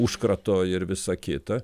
užkrato ir visa kita